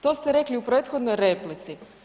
To ste rekli u prethodnoj replici.